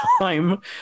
time